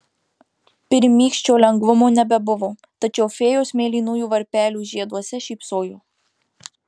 pirmykščio lengvumo nebebuvo tačiau fėjos mėlynųjų varpelių žieduose šypsojo